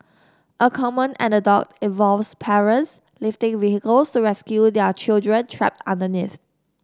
a common anecdote involves parents lifting vehicles to rescue their children trapped underneath